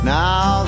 now